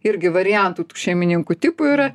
irgi variantų tų šeimininkų tipų yra